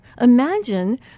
Imagine